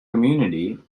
community